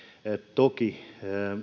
toki